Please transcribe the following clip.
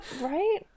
Right